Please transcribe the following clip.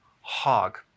hog